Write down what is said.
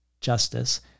justice